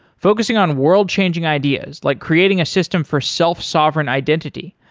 focusing on world-changing ideas like creating a system for self-sovereign identity,